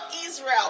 Israel